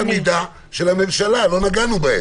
לקחנו את אמות המידה של הממשלה, לא נגענו בהן.